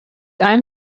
einem